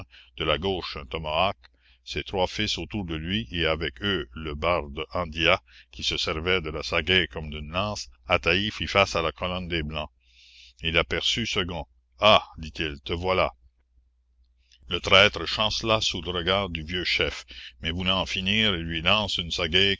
de la gauche un tomahowk ses trois fils autour de lui et avec eux le barde andia qui se servait de la sagaie comme d'une lance ataï fit face à la colonne des blancs la commune il aperçut segon ah dit-il te voilà le traître chancela sous le regard du vieux chef mais voulant en finir il lui lance une sagaie